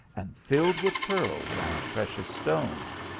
and filled with pearls and precious stones.